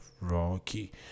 rocky